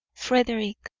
frederick.